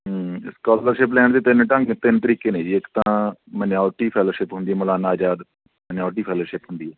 ਹਮ scholarship ਲੈਣ ਦੇ ਤਿੰਨ ਢੰਗ ਤਿੰਨ ਤਰੀਕੇ ਨੇ ਜੀ ਇੱਕ ਤਾਂ ਮਨਿਓਰਟੀ ਫੈਲੋਸ਼ਿਪ ਹੁੰਦੀ ਮੌਲਾਨਾ ਅਜ਼ਾਦ ਮਨਿਓਰਟੀ ਫੈਲੋਸ਼ਿਪ ਹੁੰਦੀ ਹੈ